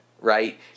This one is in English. right